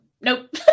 Nope